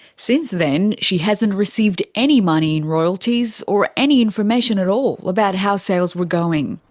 since then she hasn't received any money in royalties or any information at all about how sales were going.